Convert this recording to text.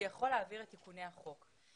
שיכול להעביר את תיקוני החוק.